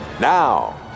Now